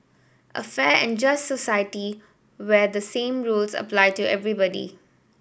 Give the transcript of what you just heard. a fair and just society where the same rules apply to everybody